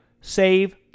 save